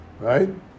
right